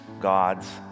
God's